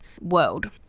world